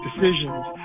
decisions